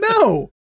No